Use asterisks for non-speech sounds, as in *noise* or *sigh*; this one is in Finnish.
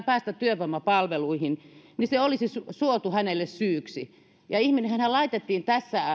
*unintelligible* päästä työvoimapalveluihin niin se olisi suotu hänelle syyksi ihminenhän laitettiin